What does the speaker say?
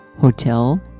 hotel